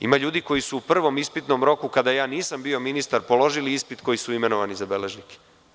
Ima ljudi koji su u prvom ispitnom roku kada nisam bio ministar položili ispit koji su imenovani za beležnike.